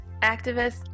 activists